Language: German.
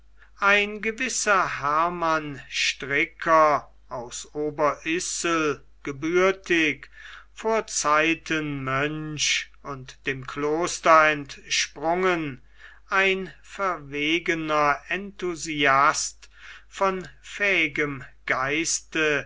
ein gewisser hermann stricker aus oberyssel gebürtig vorzeiten mönch und dem kloster entsprungen ein verwegener enthusiast von fähigem geiste